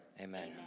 Amen